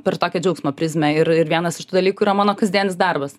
per tokią džiaugsmą prizmę ir ir vienas iš tų dalykų yra mano kasdienis darbas